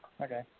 Okay